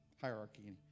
hierarchy